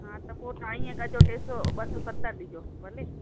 हा त पोइ तव्हां ईअं कजो टे सौ ॿ सौ सतरि ॾिजो भले